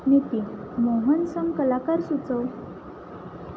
निती मोहनसम कलाकार सुचव